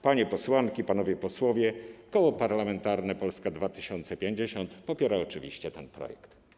Panie posłanki i panowie posłowie Koła Parlamentarnego Polska 2050 popierają oczywiście ten projekt.